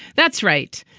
that's right.